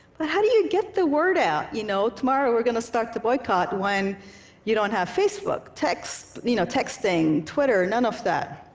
but how do you get the word out you know tomorrow we're going to start the boycott when you don't have facebook, texting, you know twitter, none of that?